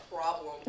problem